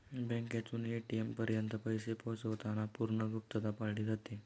बँकेतून ए.टी.एम पर्यंत पैसे पोहोचवताना पूर्ण गुप्तता पाळली जाते